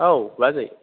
औ बाजै